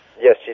Yes